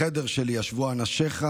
בחדר שלי ישבו אנשיך